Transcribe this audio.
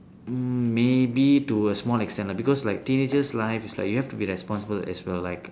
mm maybe to a small extent lah because like teenagers life is like you have to be responsible as well like